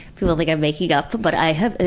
people think i'm making up but i have.